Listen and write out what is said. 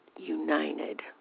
united